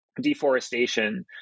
deforestation